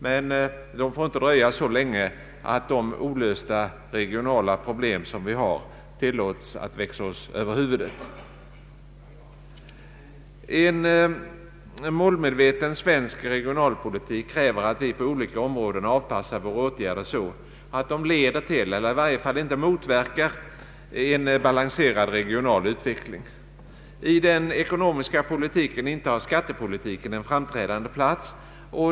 Men de får inte dröja så länge att de olösta regionala problemen tillåts att växa oss över huvudet. En målmedveten svensk regionalpolitik kräver att vi på olika områden avpassar våra åtgärder så att de leder till eller i varje fall inte motverkar en balanserad regional utveckling. I den ekonomiska politiken intar skattepolitiken en framträdande plats.